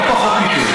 מיכל,